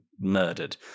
murdered